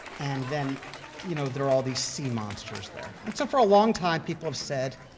and then you know there are all these sea monsters there. and so for a long time, people have said,